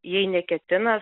jei neketina